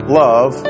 love